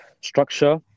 structure